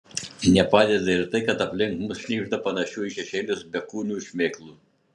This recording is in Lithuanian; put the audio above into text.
nepadeda ir tai kad aplink mus knibžda panašių į šešėlius bekūnių šmėklų